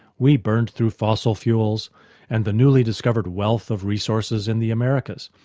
we burned through fossil fuels and the newly discovered wealth of resources in the americas.